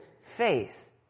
faith